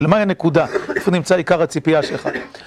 למה הנקודה? איפה נמצא עיקר הציפייה שלך?